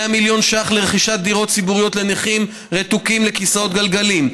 100 מיליון שקלים לרכישת דירות ציבוריות לנכים רתוקים לכיסאות גלגלים,